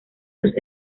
sus